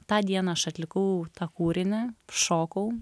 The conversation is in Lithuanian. tą dieną aš atlikau tą kūrinį šokau